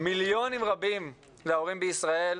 מיליונים רבים להורים בישראל,